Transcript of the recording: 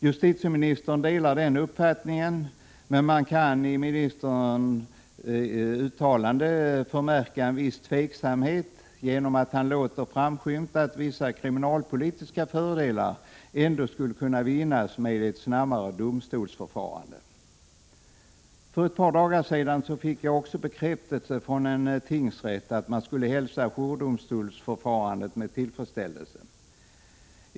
Justitieministern delar den uppfattningen, men man kan i justitieministerns uttalande förmärka en viss tveksamhet, genom att han låter framskymta att vissa kriminalpolitiska fördelar ändå skulle kunna vinnas med ett snabbare domstolsförfarande. För ett par dagar sedan fick jag också bekräftelse från en tingsrätt att man där skulle hälsa jourdomstolsförfarandet med tillfredsställelse.